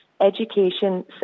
education